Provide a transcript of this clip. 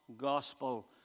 gospel